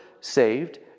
saved